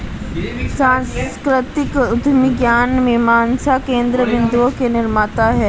सांस्कृतिक उद्यमी ज्ञान मीमांसा केन्द्र बिन्दुओं के निर्माता हैं